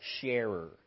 sharer